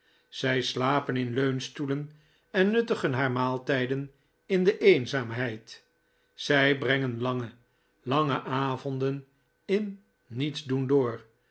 zij slapen in leunstoelen en nuttigen haar maaltijden in de eenzaamheid zij brengen lange lange avonden in nietsdoen door